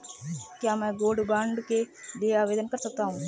क्या मैं gold bond के लिए आवेदन कर सकता हूं?